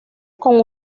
con